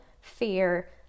fear